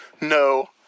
No